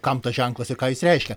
kam tas ženklas ir ką jis reiškia